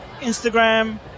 Instagram